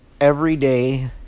everyday